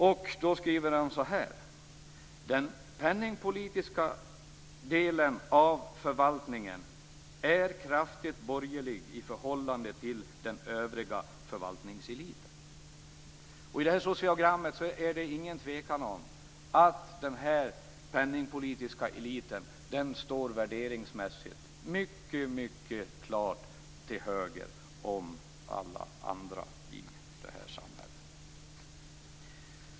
Han skriver att den penningpolitiska delen av förvaltningen är kraftigt borgerlig i förhållande till den övriga förvaltningseliten. Sociogrammet visar att det inte råder någon tvekan om att den penningpolitiska eliten värderingsmässigt står mycket klart till höger om alla andra i samhället.